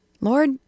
Lord